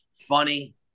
funny